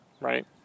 right